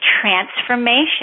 transformation